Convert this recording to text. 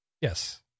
Yes